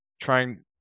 trying